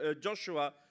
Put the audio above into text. Joshua